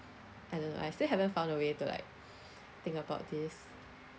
I don't know I still haven't found a way to like think about this